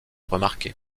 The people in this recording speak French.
remarquait